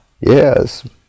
Yes